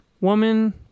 woman